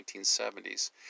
1970s